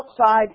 outside